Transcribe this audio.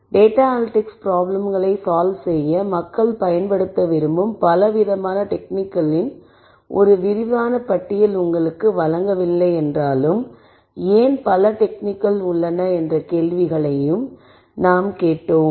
data analytics ப்ராப்ளம்களைத் solve செய்ய மக்கள் பயன்படுத்த விரும்பும் பலவிதமான டெக்னிக்களின் ஒரு விரிவான பட்டியல் உங்களுக்கு வழங்கவில்லை என்றாலும் ஏன் பல டெக்னிக்கள் உள்ளன என்ற கேள்விகளையும் நாம் கேட்டோம்